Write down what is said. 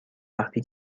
وقتی